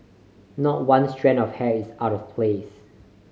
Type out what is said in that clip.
not one strand of hair is out of place